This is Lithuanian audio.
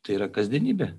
tai yra kasdienybė